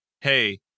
hey